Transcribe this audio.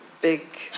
big